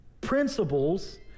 principles